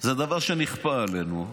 זה דבר שנכפה עלינו,